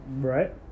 Right